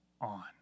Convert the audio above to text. on